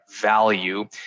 value